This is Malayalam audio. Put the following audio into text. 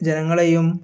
ജനങ്ങളെയും